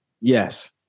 Yes